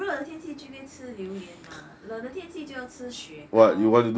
热的天气应该吃榴莲 mah 冷的天气就要吃雪糕